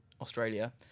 Australia